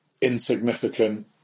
insignificant